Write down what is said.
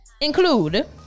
include